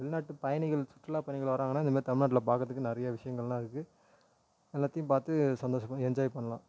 வெளிநாட்டுப் பயணிகள் சுற்றுலாப் பயணிகள் வராங்கன்னால் இந்தமாரி தமிழ்நாட்டில் பார்க்கறதுக்கு நிறையா விஷயங்களெலாம் இருக்குது எல்லாத்தையும் பார்த்து சந்தோஷப்பட என்ஜாய் பண்ணலாம்